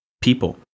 people